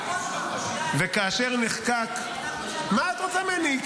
וכאשר נחקק ------ מה את רוצה ממני?